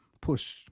push